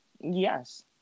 Yes